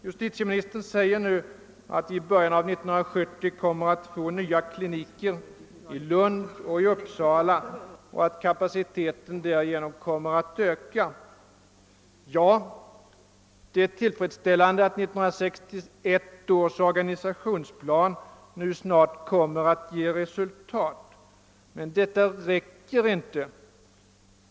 Justitieministern säger nu att man räknar med att de nybyggda klinikerna i Lund och i Uppsala skall komma i bruk i början av 1970 och att kapaciteten därigenom kommer att öka. Ja, det är tillfredsställande att 1961 års organisationsplan snart kommer att ge resultat. Men det räcker inte.